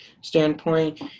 standpoint